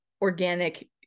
organic